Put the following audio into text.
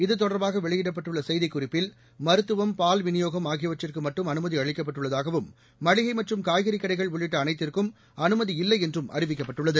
இதுதொடர்பாக வெளியிடப்பட்டுள்ள செய்திக்குறிப்பில் மருத்துவம் பால் விநியோகம் ஆகியவற்றுக்கு மட்டும் அனுமதி அளிக்கப்பட்டுள்ளதாகவும் மளிகை மற்றும் காய்கறிக் கடைகள் உள்ளிட்ட அனைத்திற்கும் அனுமதி இல்லை என்றும் அறிவிக்கப்பட்டுள்ளது